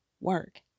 work